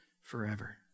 forever